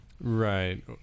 Right